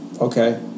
Okay